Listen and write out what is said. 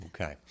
Okay